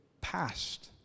passed